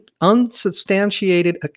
unsubstantiated